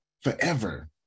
forever